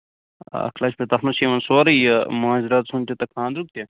اکھ لَچھ تَتھ منٛز چھُ یِوان سورُے یہِ مٲنز رٲژ ہُند تہِ تہٕ خاندرُک تہِ